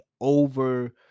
over